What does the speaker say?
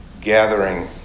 gathering